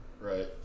Right